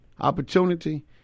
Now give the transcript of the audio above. opportunity